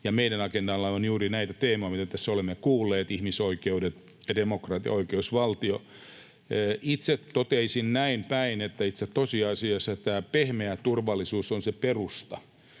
meidän agendallamme on juuri näitä teemoja, mitä tässä olemme kuulleet: ihmisoikeudet, demokratia, oikeusvaltio. Itse toteaisin näin päin, että tosiasiassa tämä pehmeä turvallisuus on se perusta.